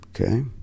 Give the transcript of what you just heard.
Okay